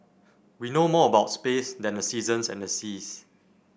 we know more about space than the seasons and the seas